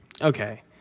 Okay